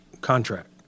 contract